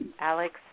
Alex